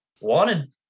wanted